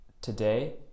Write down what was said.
Today